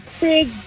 big